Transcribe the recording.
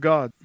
God